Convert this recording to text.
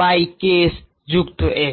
by K s যুক্ত S